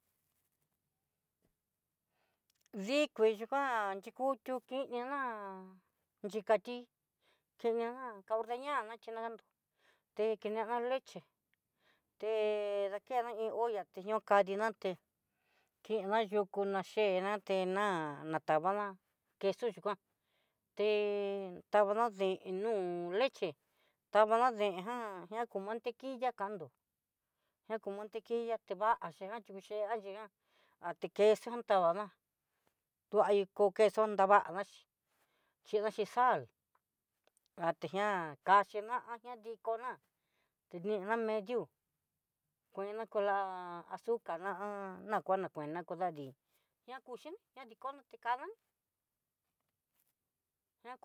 Dikui yu jan xhikutió kininá xhikani xhinajan ka ordeñarna ka xhidakando, te kinena leche té dakenna iin olla ti nokadiñaté tina yukuna chena, tena natavana queso chugan, te tavana deen nu'u leche tavana deen jan na ku mantequilla kando na ku mantequilla tevaxhijan xhí vixi ayigan ati queso tavana tuai ku queso nrava chí chinaxhi sal atengian kaxhina aña dikona teniana mediú kuena kola zucar ná kuana kuena, kodadi ñakuchini ña ni kona tikada ní.